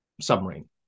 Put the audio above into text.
submarine